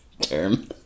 term